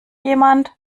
jemand